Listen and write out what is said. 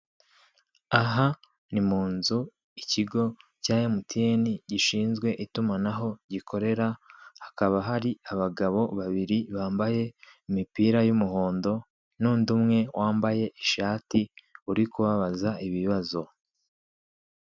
Aha ni mu nzu ikigo cya emutiyeni gishinzwe itumanaho gikorera, hakaba hari abagabo babiri bambaye imipira y'umuhondo, n'undi umwe wambaye ishati, uri kubabaza ibibazo.